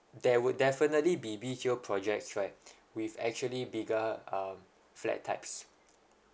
there would definitely be B_T_O projects right with actually bigger um flat types